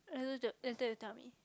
then after that you tell me